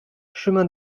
chemin